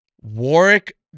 Warwick